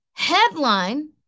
Headline